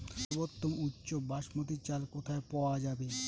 সর্বোওম উচ্চ বাসমতী চাল কোথায় পওয়া যাবে?